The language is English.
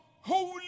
Holy